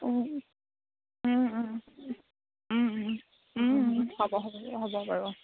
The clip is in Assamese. হ'ব হ'ব বাৰু হ'ব বাৰু